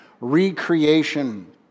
recreation